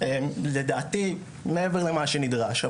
לדעתי מעבר למה שנדרש.